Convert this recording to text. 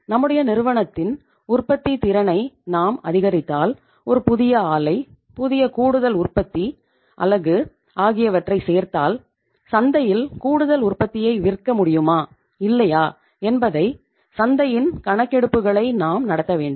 நம்முடைய நிறுவனத்தின் உற்பத்தித் திறனை நாம் அதிகரித்தால் ஒரு புதிய ஆலை புதிய கூடுதல் உற்பத்தி அலகு ஆகியவற்றைச் சேர்த்தால் சந்தையில் கூடுதல் உற்பத்தியை விற்க முடியுமா இல்லையா என்பதை சந்தையின் கணக்கெடுப்புகளை நாம் நடத்த வேண்டும்